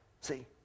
See